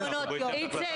איציק,